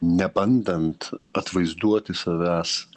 nebandant atvaizduoti savęs